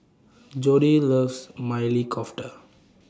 Jodi loves Maili Kofta